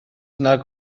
nag